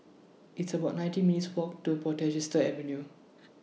It's about nineteen minutes' Walk to Portchester Avenue